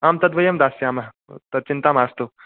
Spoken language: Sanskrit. आम् तद्वयं दास्यामः तच्चिन्ता मास्तु